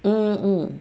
嗯嗯